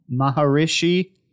Maharishi